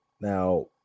now